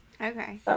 Okay